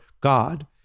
God